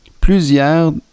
plusieurs